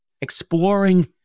exploring